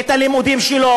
את הלימודים שלו.